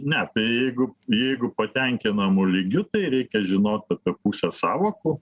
ne tai jeigu jeigu patenkinamu lygiu tai reikia žinot apie pusę sąvokų